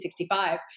1965